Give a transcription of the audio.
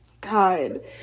God